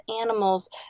animals